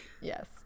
Yes